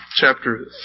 chapter